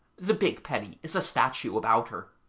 the big penny is a statue about her.